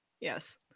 Yes